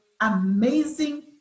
amazing